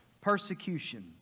persecution